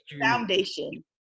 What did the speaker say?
foundation